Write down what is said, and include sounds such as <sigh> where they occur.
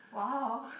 !wow! <laughs>